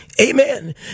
Amen